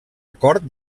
acord